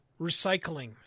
recycling